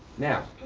now,